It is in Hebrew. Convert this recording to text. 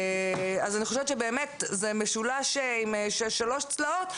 אני חושבת שזה משולש עם שלוש צלעות,